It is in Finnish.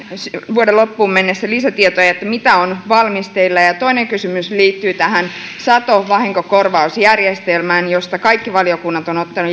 vuoden loppuun mennessä lisätietoja siitä mitä on valmisteilla ja ja toinen kysymys liittyy tähän satovahinkokorvausjärjestelmään johon kaikki valiokunnat